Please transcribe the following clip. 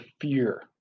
fear